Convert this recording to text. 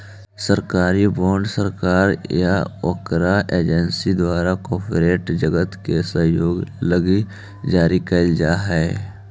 सरकारी बॉन्ड सरकार या ओकर एजेंसी द्वारा कॉरपोरेट जगत के सहयोग लगी जारी कैल जा हई